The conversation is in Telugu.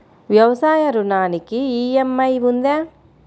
వ్యవసాయ ఋణానికి ఈ.ఎం.ఐ ఉందా?